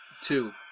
two